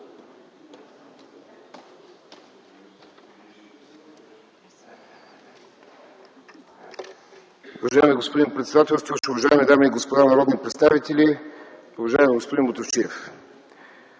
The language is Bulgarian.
Уважаеми господин председателстващ, уважаеми дами и господа народни представители, уважаеми господин Мутафчиев!